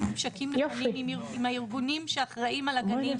ממשקים עם הארגונים שאחראים על הגנים,